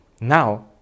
Now